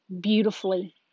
beautifully